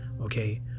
okay